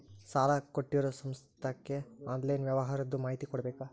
ಸಾಲಾ ಕೊಟ್ಟಿರೋ ಸಂಸ್ಥಾಕ್ಕೆ ಆನ್ಲೈನ್ ವ್ಯವಹಾರದ್ದು ಮಾಹಿತಿ ಕೊಡಬೇಕಾ?